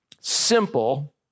simple